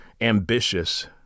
ambitious